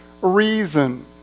reason